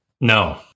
No